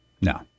No